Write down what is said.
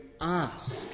ask